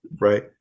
right